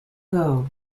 gogh